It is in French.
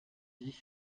dix